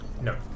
No